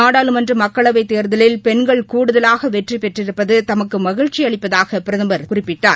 நாடாளுமன்ற மக்களவைத் தோதலில் பெண்கள் கூடுதலாக வெற்றிபெற்றிருப்பது தமக்கு மகிழ்ச்சி அளிப்பதாக பிரதமர் குறிப்பிட்டார்